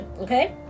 okay